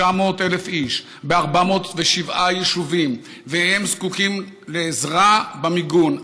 900,000 ב-407 יישובים, והם זקוקים לעזרה במיגון.